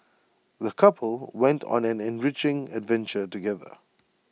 the couple went on an enriching adventure together